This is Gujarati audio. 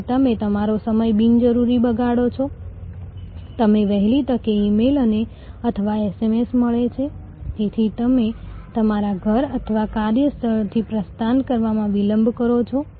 તેથી જ્યારે તમે વેચાણ આવકની તક ઊભી કરી શકો ત્યારે તમે યોગ્ય સમયે ગ્રાહકનો સંપર્ક કરી શકશો